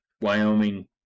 Wyoming